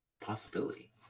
possibility